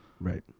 Right